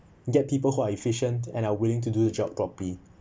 get people who are efficient and are willing to do the job properly